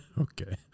Okay